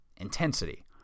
intensity